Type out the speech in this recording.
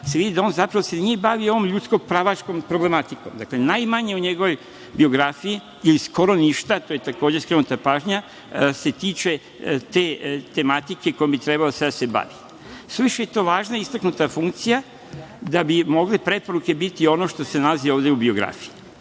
se vidi da se on zapravo nije bavio ljudskom pravnom problematikom. Dakle, najmanje u njegovoj biografiji, ili skoro ništa, na to je takođe skrenuta pažnja, se tiče te tematike kojom bi trebalo sada da se bavi. Suviše je to važna i istaknuta funkcija da bi mogle preporuke biti ono što se nalazi ovde u biografiji.